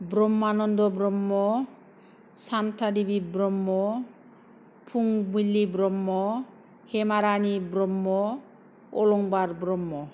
Brahmananda Brahma Santha Dibi Brahma Phungbili Brahma Hemarani Brahma Alongbar Brahma